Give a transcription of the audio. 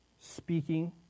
Speaking